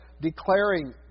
declaring